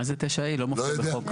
מה זה 9(ה), לא מופיע בחוק.